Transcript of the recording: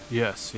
yes